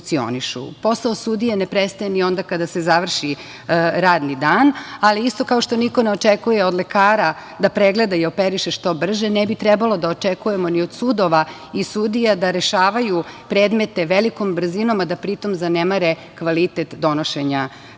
Posao sudije ne prestaje ni onda kada se završi radni dan, ali isto kao što niko ne očekuje od lekara da pregleda i operiše što brže, ne bi trebalo da očekujemo ni od sudova i sudija da rešavaju predmete velikom brzinom, a da pri tom zanemare kvalitet donošenja